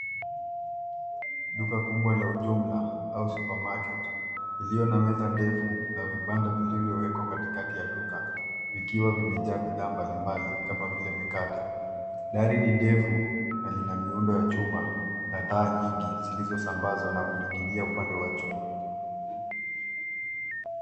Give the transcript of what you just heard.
Duka kubwa la ujumla au supermarket lililo na meza ndefu na vibanda vulivyowekwa katikati ya duka vikiwa vimejazwa bidhaa mbalimbali kama vile mikate. Dari ni ndefu na lina miundo ya chuma na taa nyingi zilizosambazwa na kuning'inia upande wa juu.